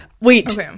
Wait